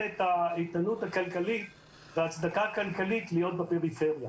את האיתנות הכלכלית והצדקה כלכלית להיות בפריפריה.